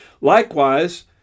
Likewise